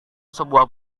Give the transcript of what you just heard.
sebuah